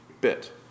bit